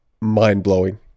mind-blowing